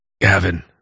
Gavin